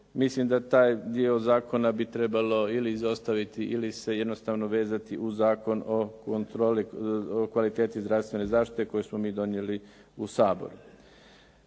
mislim da taj dio zakona bi trebalo ili izostaviti ili se jednostavno vezani uz Zakon o kvaliteti zdravstvene zaštite koji smo mi donijeli u Saboru.